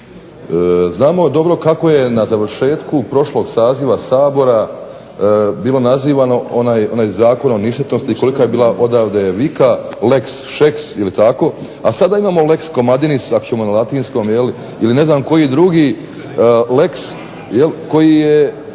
Znamo dobro kako je na završetku prošlog saziva Sabora bilo nazivano onaj zakon o ništetnosti, koliko je bila odavde vika Lex Šeks, a sada imamo lex Komadinis ako ćemo na latinskom ili ne znam koji drugi lex koji je